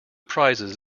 prizes